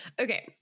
Okay